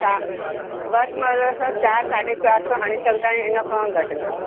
चा वध में वधि असां चारि साढ़े चारि सौ हणी सघंदा आहियूं इन खां घटि न